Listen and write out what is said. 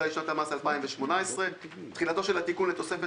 לשנת המס 2018. תחילתו של התיקון לתוספת,